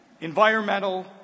environmental